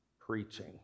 preaching